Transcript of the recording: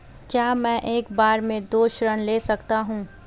क्या मैं एक बार में दो ऋण ले सकता हूँ?